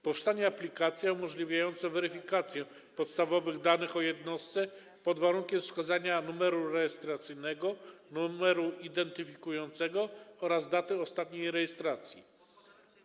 Powstanie aplikacja umożliwiająca weryfikację podstawowych danych o jednostce, pod warunkiem wskazania numeru rejestracyjnego, numeru identyfikującego oraz daty ostatniej rejestracji.